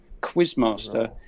Quizmaster